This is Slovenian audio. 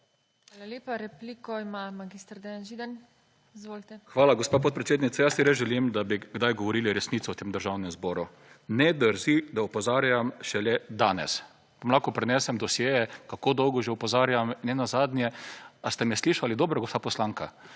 Hvala lepa. Repliko ima mag. Dejan Židan. **MAG. DEJAN ŽIDAN(PS SD):** Hvala, gospa podpredsednica. Jaz si res želim, da bi kdaj govorili resnico v tem džavnem zboru. Ne drži, da opozarjam šele danes. Vam lahko prinesem dosjeje, kako dolgo že opozarjam, nenazadnje ali ste me slišali dobro, gospa poslanka?